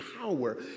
power